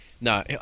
No